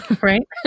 Right